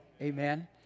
Amen